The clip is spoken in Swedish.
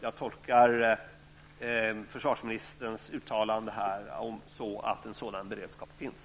Jag tolkar försvarsministerns uttalande så, att en sådan beredskap finns.